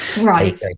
Right